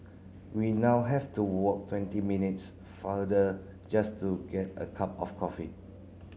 we now have to walk twenty minutes farther just to get a cup of coffee